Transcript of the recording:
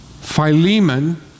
Philemon